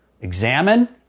examine